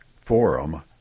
Forum